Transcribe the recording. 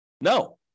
No